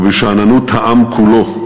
ובשאננות העם כולו,